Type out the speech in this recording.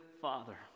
father